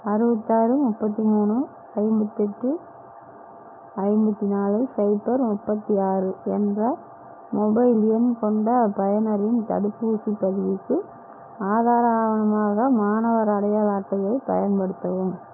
அறுபத்தாறு முப்பத்து மூணு ஐம்பத்தெட்டு ஐம்பத்து நாலு சைபர் முப்பத்து ஆறு என்ற மொபைல் எண் கொண்ட பயனரின் தடுப்பூசிப் பதிவுக்கு ஆதார ஆவணமாக மாணவர் அடையாள அட்டையை பயன்படுத்தவும்